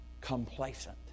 Complacent